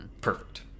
perfect